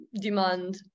demand